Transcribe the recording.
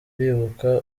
bibuka